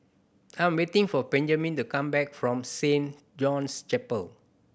I am waiting for Benjman to come back from Saint John's Chapel